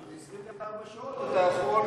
שב-24 שעות אתה יכול,